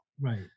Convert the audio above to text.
Right